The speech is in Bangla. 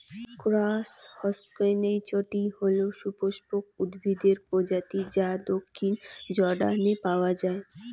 ক্রোকাস হসকনেইচটি হল সপুষ্পক উদ্ভিদের প্রজাতি যা দক্ষিণ জর্ডানে পাওয়া য়ায়